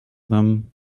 them